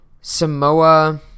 samoa